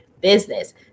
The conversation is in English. business